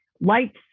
lights